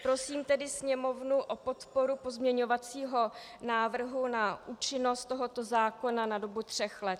Prosím tedy Sněmovnu o podporu pozměňovacího návrhu na účinnost tohoto zákona na dobu tří let.